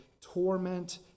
torment